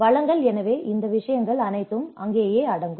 வளங்கள் எனவே இந்த விஷயங்கள் அனைத்தும் அங்கேயே அடங்கும்